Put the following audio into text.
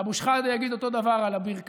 ואבו שחאדה יגיד אותו דבר על אביר קארה,